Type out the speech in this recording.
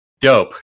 Dope